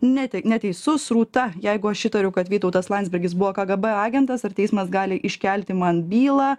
neti neteisus rūta jeigu aš įtariu kad vytautas landsbergis buvo kgb agentas ar teismas gali iškelti man bylą